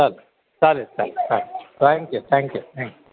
चालेल चालेल चालेल चालेल थँक्यू थँक्यू थँक्यू